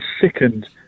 sickened